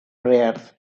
prayers